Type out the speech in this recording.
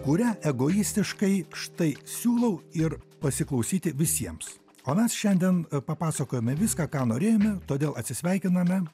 kurią egoistiškai štai siūlau ir pasiklausyti visiems o mes šiandien papasakojome viską ką norėjome todėl atsisveikiname